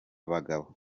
bagabo